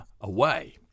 away